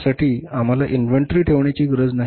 यासाठी आम्हाला इन्व्हेंटरी ठेवण्याची गरज नाही